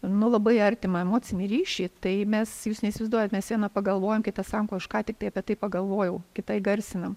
nu labai artimą emocinį ryšį tai mes jūs neįsivaizduojat mes viena pagalvojam kita sako aš ką tik tai apie tai pagalvojau kita įgarsinam